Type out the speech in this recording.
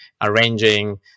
arranging